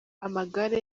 amagare